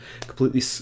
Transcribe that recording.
completely